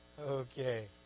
Okay